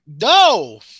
no